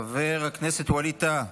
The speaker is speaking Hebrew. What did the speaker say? חבר הכנסת ווליד טאהא,